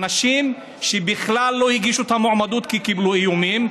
אנשים שבכלל לא הגישו את המועמדות קיבלו איומים,